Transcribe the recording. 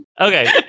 okay